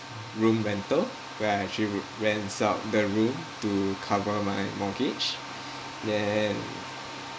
room rental where I actually r~ rents out the room to cover my mortgage then